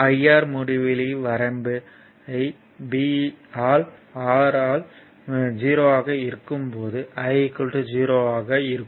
I R முடிவிலி வரம்பை b ஆல் R ஆல் 0 ஆக இருக்கும் போது I 0 ஆக இருக்கும்